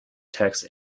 texts